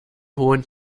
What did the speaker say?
hohen